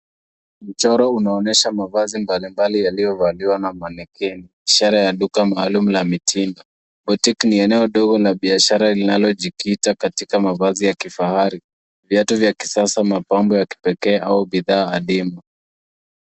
Mchoro unaonyesha mavazi mbalimbali yaliyo valiwa na manikini ,ishara ya duka maalum la mitindo. Boutique ni eneo ndogo la biashara linalojikita katika mavazi ya kifahari. Viatu vya kisasa, mapambo ya kipekee au bidhaa adimu.